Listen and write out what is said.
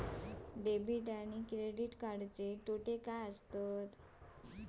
Debit आणि credit कार्डचे तोटे काय आसत तर?